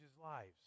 lives